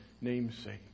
namesake